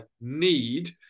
need